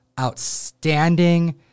outstanding